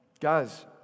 guys